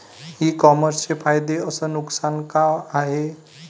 इ कामर्सचे फायदे अस नुकसान का हाये